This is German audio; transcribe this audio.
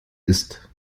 ist